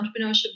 entrepreneurship